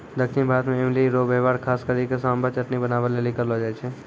दक्षिण भारत मे इमली रो वेहवार खास करी के सांभर चटनी बनाबै लेली करलो जाय छै